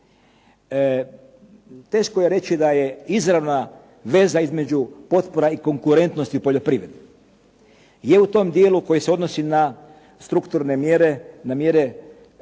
Teško je reći da je izravna veza između potpora i konkurentnosti u poljoprivredi. Je u tom dijelu koji se odnosi na strukturne mjere, na mjere